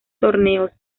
torneos